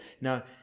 Now